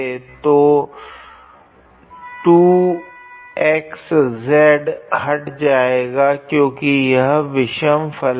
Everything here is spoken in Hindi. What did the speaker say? तो xz2 हट जाएगा क्योकि यह विषम फलन है